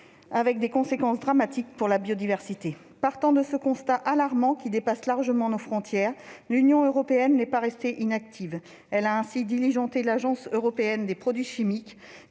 avec des conséquences dramatiques pour la biodiversité. Se fondant sur ce constat alarmant qui dépasse largement nos frontières, l'Union européenne n'est pas restée inactive. Elle a ainsi diligenté l'Agence européenne des produits chimiques